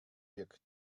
wirkt